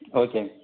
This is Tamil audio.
ஓகேங்க